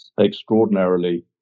extraordinarily